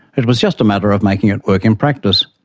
it was just a matter of making it work in practice.